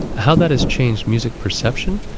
how that has changed music perception